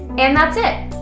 and that's it!